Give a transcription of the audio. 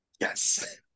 Yes